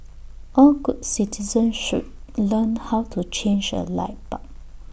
all good citizens should learn how to change A light bulb